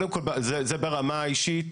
זה ברמה האישית,